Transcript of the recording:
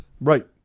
Right